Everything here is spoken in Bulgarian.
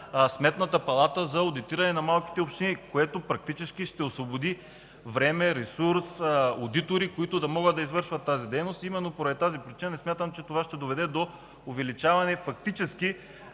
Сметната палата за одитиране на малките общини, което практически ще освободи време, ресурс, одитори, които ще могат да извършват тази дейност. Поради тази причина не смятам, че това фактически ще доведе до увеличаване на